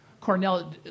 Cornell